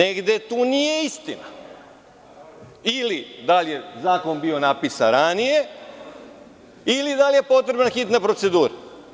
Negde tu nije istina ili da li je zakon bio napisan ranije ili da li je potrebna hitna procedura.